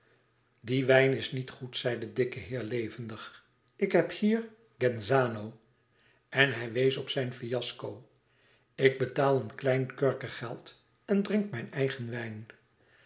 die wijn is niet goed zei de dikke heer levendig ik heb hier genzano en hij wees op zijn fiasco ik betaal een klein kurkegeld en drink mijn eigen wijn